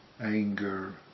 anger